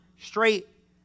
straight